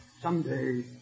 Someday